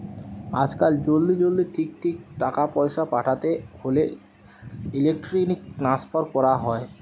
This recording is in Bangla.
আজকাল জলদি জলদি ঠিক ঠিক টাকা পয়সা পাঠাতে হোলে ইলেক্ট্রনিক ট্রান্সফার কোরা হয়